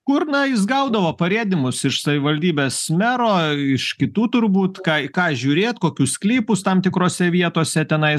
kur na jis gaudavo parėdymus iš savivaldybės mero iš kitų turbūt ką į ką žiūrėt kokius sklypus tam tikrose vietose tenai